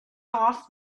off